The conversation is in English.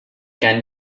can